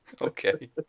Okay